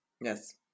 yes